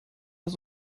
das